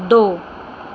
ਦੋ